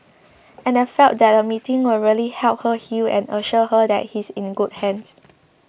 and I felt that a meeting would really help her heal and assure her that he's in good hands